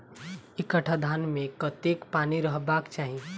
एक कट्ठा धान मे कत्ते पानि रहबाक चाहि?